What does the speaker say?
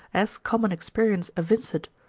as common experience evinceth,